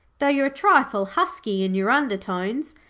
though you're a trifle husky in your undertones,